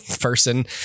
person